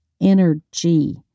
energy